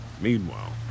Meanwhile